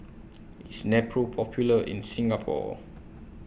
IS Nepro Popular in Singapore